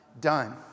done